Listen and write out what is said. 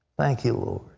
thank you,